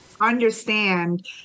understand